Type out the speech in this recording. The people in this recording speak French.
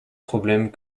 problème